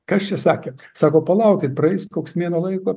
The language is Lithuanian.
kas čia sakė sako palaukit praeis koks mėnuo laiko